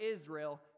Israel